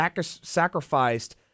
sacrificed